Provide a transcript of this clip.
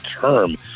term